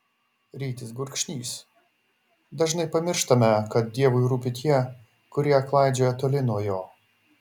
rytis gurkšnys dažnai pamirštame kad dievui rūpi tie kurie klaidžioja toli nuo jo